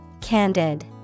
Candid